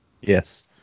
Yes